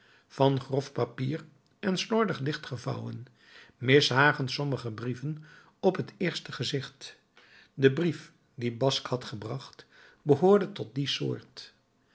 van grof papier en slordig dichtgevouwen mishagen sommige brieven op het eerste gezicht de brief dien basque had gebracht behoorde tot die soort